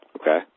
Okay